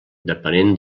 depenent